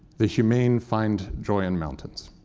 the humane find joy in mountains.